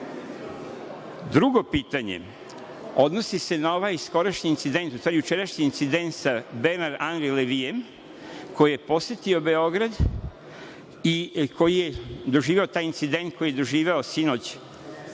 Drugo pitanje odnosi se na ovaj skorašnji incident, u stvari jučerašnji incident sa Benar Anri Levijem, koji je posetio Beograd i koji je doživeo taj incident sinoć u Beogradu.